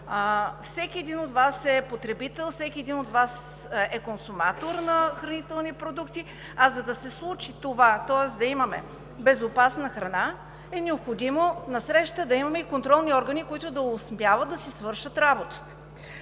всеки от Вас е потребител, всеки от Вас е консуматор на хранителни продукти, а за да се случи това, тоест да имаме безопасна храна, е необходимо насреща да имаме и контролни органи, които да успяват да си свършат работата.